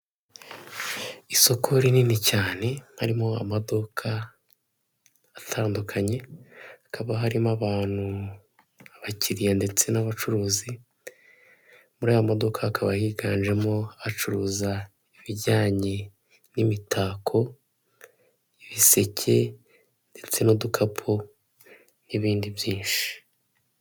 Isoko rinini cyane harimo amaduka atandukanye hakaba harimo abantu abakiriya ndetse n'abacuruzi muri aya modoka hakaba higanjemo hacuruza ibijyanye n'imitako, ibiseke ndetse n'udukapu n'ibindi byinshi.